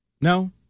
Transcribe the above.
No